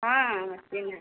हाँ हाँ सीन